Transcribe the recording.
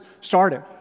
started